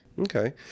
Okay